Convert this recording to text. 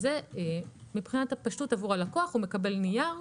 זה מבחינת הפשטות של הלקוח - הלקוח מקבל נייר,